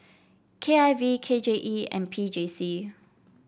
K I V K J E and P J C